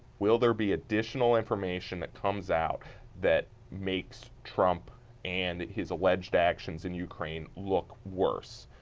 will there be additional information that comes out that makes trump and his alleged actions in ukraine look worse,